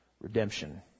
Redemption